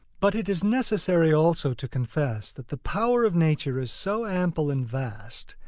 but it is necessary also to confess that the power of nature is so ample and vast,